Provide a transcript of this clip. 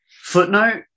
footnote